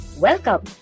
Welcome